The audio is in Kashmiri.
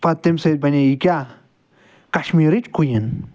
پَتہٕ تَمہِ سۭتۍ بنے یہِ کیاہ کَشمیٖرٕچ کُیِن